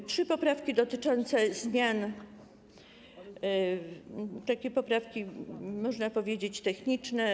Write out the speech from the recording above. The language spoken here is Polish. Są trzy poprawki dotyczące zmian, poprawki można powiedzieć techniczne.